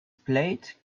plate